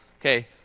Okay